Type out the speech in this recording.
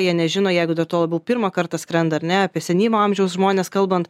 jie nežino jeigu dar tuo labiau pirmą kartą skrenda ar ne apie senyvo amžiaus žmones kalbant